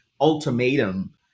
ultimatum